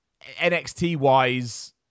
NXT-wise